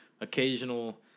occasional